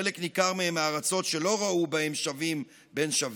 חלק ניכר מהם מארצות שלא ראו בהם שווים בין שווים,